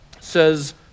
says